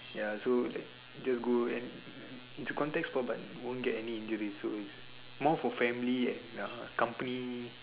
ya so like just go and it's a contact sports but won't get any injuries so it's more for family and company